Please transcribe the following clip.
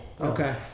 Okay